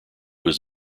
was